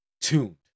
tuned